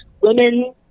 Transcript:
Women